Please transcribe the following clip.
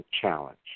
challenge